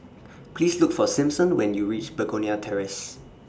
Please Look For Simpson when YOU REACH Begonia Terrace